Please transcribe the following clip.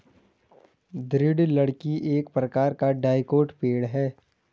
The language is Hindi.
दृढ़ लकड़ी एक प्रकार का डाइकोट पेड़ है